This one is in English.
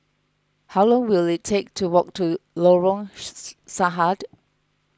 how long will it take to walk to Lorong Sahad